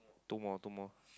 two more two more